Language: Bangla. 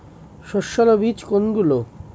সস্যল বীজ কোনগুলো?